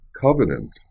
covenant